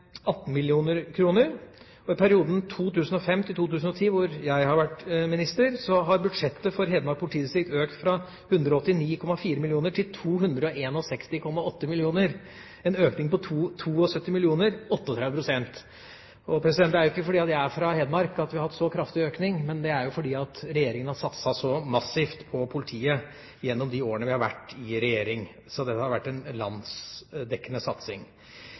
18 mill. kr. I perioden fra 2005 til 2010, mens jeg har vært minister, har budsjettet for Hedmark politidistrikt økt fra 189,4 mill. kr til 261,8 mill. kr, en økning på 72 mill. kr – 38 pst. Og det er jo ikke fordi jeg er fra Hedmark at vi har hatt en så kraftig økning; det er fordi regjeringa har satset så massivt på politiet gjennom de årene vi har vært i regjering. Så det har vært en landsdekkende satsing.